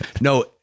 no